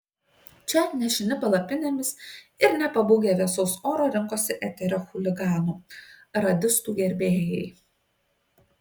čia nešini palapinėmis ir nepabūgę vėsaus oro rinkosi eterio chuliganų radistų gerbėjai